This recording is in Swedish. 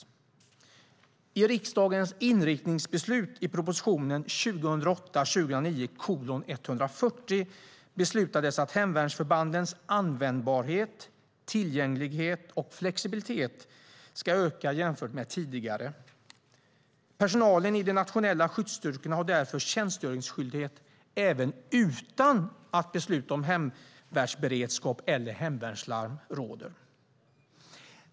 Genom riksdagens inriktningsbeslut i propositionen 2008/2009:140 beslutades att hemvärnsförbandens användbarhet, tillgänglighet och flexibilitet ska öka jämfört med tidigare. Personalen i de nationella skyddsstyrkorna har därför tjänstgöringsskyldighet även utan att beslut om hemvärnsberedskap eller hemvärnslarm råder.